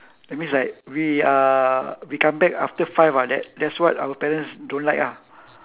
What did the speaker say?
that means like we uh we come back after five ah that that's what our parents don't like ah